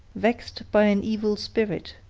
vexed by an evil spirit,